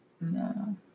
No